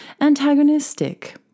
antagonistic